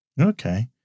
Okay